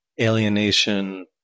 alienation